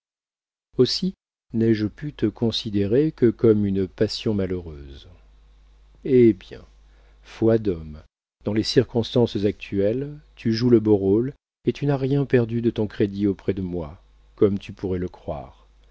aussi n'ai-je pu te considérer que comme une passion malheureuse hé bien foi d'homme dans les circonstances actuelles tu joues le beau rôle et tu n'as rien perdu de ton crédit auprès de moi comme tu pourrais le croire